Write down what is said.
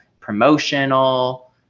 promotional